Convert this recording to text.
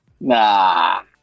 Nah